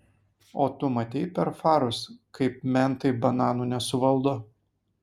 o tu matei per farus kaip mentai bananų nesuvaldo